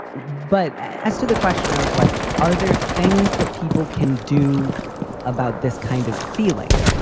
but as to the question of like, are there things that people can do about this kind of feeling?